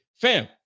fam